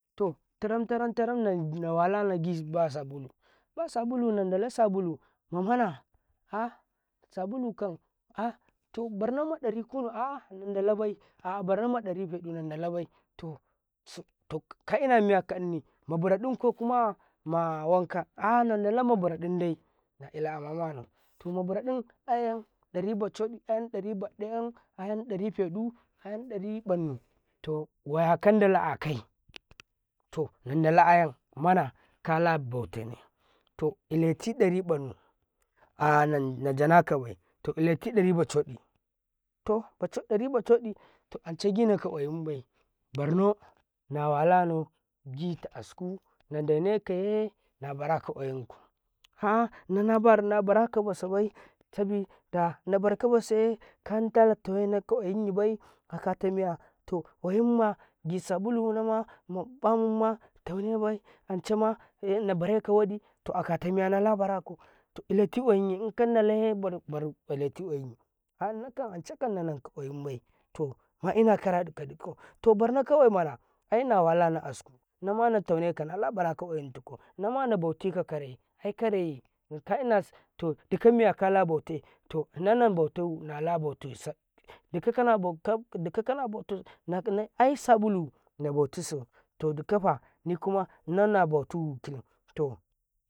﻿to tiran tiran tiran na wahala nagi ba sabulu, ba sabulu nadala sabulu mamana a sabulu kam a toh barma dari kunu a nandalabai to barrin dari feɗu landanbai barrina dori fuɗu kaina mayakane mubuɗu ke kuma na wanka a landalana buraɗun yanawalanau to mubaroɗun ayan dari balodi ayan dari baɗu ayan ɓannu to nandala ayam kala botane to ineti dari ɓannu ainajana kabai to ileti dari balodi to dari codi to ance ginaka ƙwayin bai na walanai gitaka askon nanda nekaye nabaraka ƙwayin nina barn nabaraka wasauye sabida nabarka ka ƙwayin bai akatamiya to ƙwayin magi sabulu nama tanebai ancima na bare ka wudi to akatamiya to nalabarako to ilti ƙwayinma hanka anca nanika ƙwayimba naina kara aye nawani askom naman to barnakawai mana aye nawailani askam namanitarekum namali boti kakare kam to dikamiya nanala butee dikakala bote aya sabulu na botiso to dikakafa.